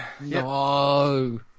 No